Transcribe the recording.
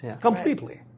completely